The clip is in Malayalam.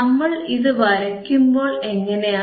നമ്മൾ ഇതു വരയ്ക്കുമ്പോൾ എങ്ങനെയാണ്